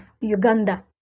Uganda